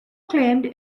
claimed